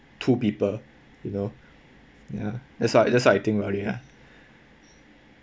two people you know ya that's what that's what I think about it lah